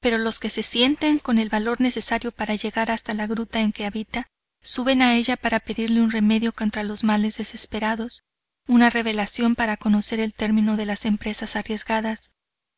pero los que se sienten con el valor necesario para llegar hasta la gruta en que habita suben a ella para pedirle un remedio contra los males desesperados una revelación para conocer el termino de las empresas arriesgadas